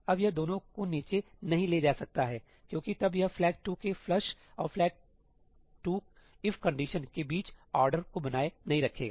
अब यह दोनों को नीचे नहीं ले जा सकता है क्योंकि तब यह फ्लैग 2 के फ्लश और फ्लैग 2 इफ कंडीशनके बीच ऑर्डर को बनाए नहीं रखेगा